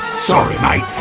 sorry mate.